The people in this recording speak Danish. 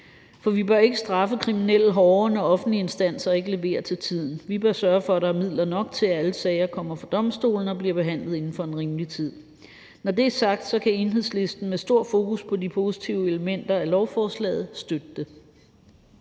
For vi bør ikke straffe kriminelle hårdere, når offentlige instanser ikke leverer til tiden. Vi bør sørge for, at der er midler nok til, at alle sager kommer for domstolen og bliver behandlet inden for en rimelig tid. Når det er sagt, kan Enhedslisten med stor fokus på de positive elementer i lovforslaget støtte det.